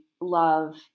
love